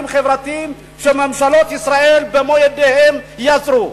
חברתיים שממשלות ישראל במו-ידיהן יצרו.